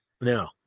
No